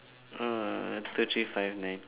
uh two three five nine